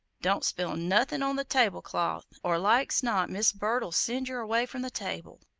don't spill nothin on the table cloth, or like's not mis' bird ll send yer away from the table.